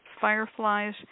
fireflies